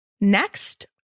Next